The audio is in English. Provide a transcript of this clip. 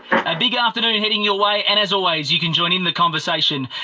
a big afternoon heading your way, and as always you can join in the conversation.